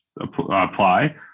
apply